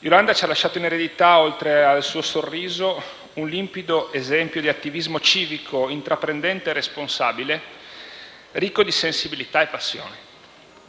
Iolanda ci ha lasciato in eredità, oltre al suo sorriso, un limpido esempio di attivismo civico, intraprendente e responsabile, ricco di sensibilità e passione.